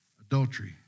adultery